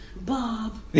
Bob